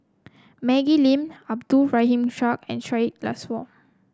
Maggie Lim Abdul Rahim Ishak and Syed Alsagoff